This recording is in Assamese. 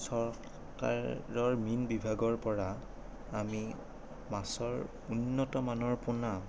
চৰকাৰৰ মীন বিভাগৰ পৰা আমি মাছৰ উন্নতমানৰ পোনা